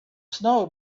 snow